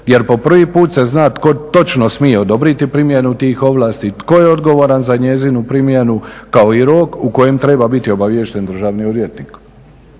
jer po prvi put se zna tko točno smije odobriti primjenu tih ovlasti, tko je odgovoran za njezinu primjenu kao i rok u kojem treba biti obaviješten državni odvjetnik.